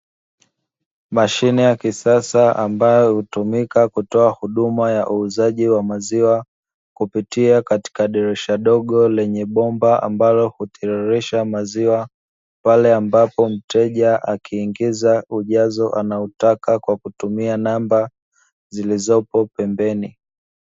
Mashine ya kisasa ambayo hutumika kutoa huduma ya uuzaji wa maziwa, kupitia katika dirisha dogo lenye bomba ambalo hutiririsha maziwa pale ambapo mteja akiingiza ujazo anaoutaka kwa kutumia namba zilizopo pembeni.